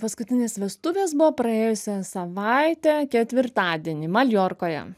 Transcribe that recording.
paskutinės vestuvės buvo praėjusią savaitę ketvirtadienį maljorkoje